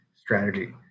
strategy